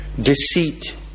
deceit